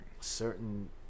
Certain